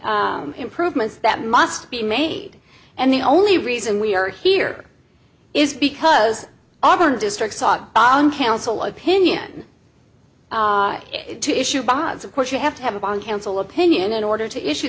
improvements that must be made and the only reason we are here is because auburn district saw on council opinion to issue bonds of course you have to have a bond council opinion in order to issue